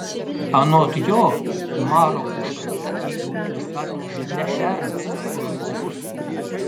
anot jo maro užkratą į ūkius atneša ne šernas o žmogus